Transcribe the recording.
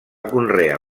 conrear